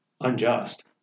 unjust